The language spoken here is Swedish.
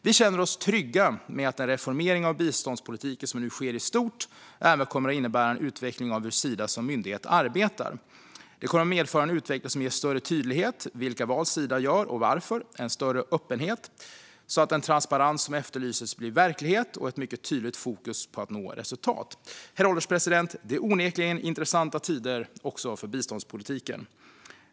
Vi känner oss trygga med att den reformering av biståndspolitiken som nu sker i stort även kommer att innebära en utveckling av hur Sida som myndighet arbetar. Det kommer att medföra en utveckling som ger en större tydlighet när det gäller vilka val Sida gör och varför, en större öppenhet så att den transparens som efterlyses blir verklighet och ett mycket tydligt fokus på att nå resultat. Herr ålderspresident! Det är onekligen intressanta tider också för biståndspolitiken.